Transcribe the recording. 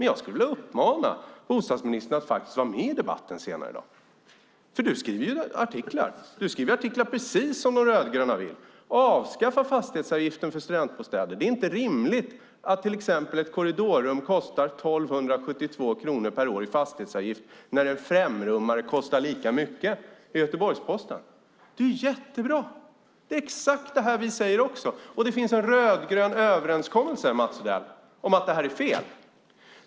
Jag skulle vilja uppmana bostadsministern att faktiskt vara med i debatten senare i dag. Du skriver ju artiklar. Du skriver artiklar som innehåller precis det De rödgröna vill. Avskaffa fastighetsavgiften för studentbostäder! Det är inte rimligt att till exempel ett korridorrum kostar 1 272 kronor per år i fastighetsavgift när en femrummare kostar lika mycket. Det står i Göteborgs-Posten. Det är jättebra. Det är exakt det vi säger också. Det finns en rödgrön överenskommelse, Mats Odell, om att det här är fel.